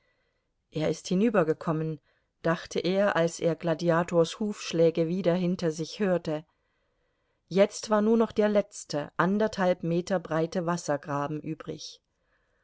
er ist hinübergekommen dachte er als er gladiators hufschläge wieder hinter sich hörte jetzt war nur noch der letzte anderthalb meter breite wassergraben übrig